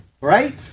right